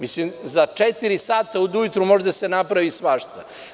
Mislim za četiri sata ujutru može da se napravi svašta.